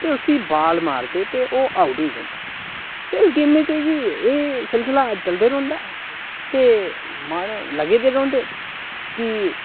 ते उस्सी बाल मारदे ते ओह् आउट होई जंदा ते इस गेमै च एह् ऐ कि एह् सिलसिला चलदे रौंह्दा ते माह्नू लग्गे दे रौंह्दे कि